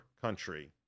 country